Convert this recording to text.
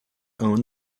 own